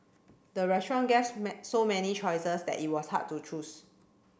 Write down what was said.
the restaurant gas so many choices that it was hard to choose